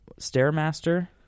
Stairmaster